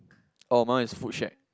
oh mine is food shack